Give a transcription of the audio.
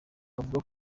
bavuga